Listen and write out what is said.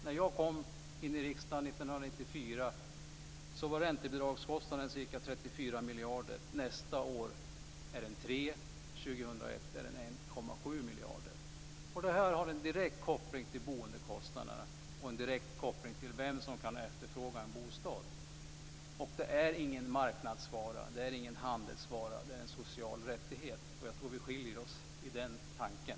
När jag kom in i riksdagen 1994 var räntebidragskostnaden ca 34 miljarder. Nästa år är den 3 miljarder och år 2001 1,7 miljarder. Det har en direkt koppling till boendekostnaderna och till vem som kan efterfråga en bostad. Det är ingen marknadsvara, det är ingen handelsvara, det är en social rättighet. Jag tror att vi skiljer oss i den tanken.